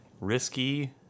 risky